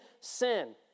sin